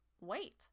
Wait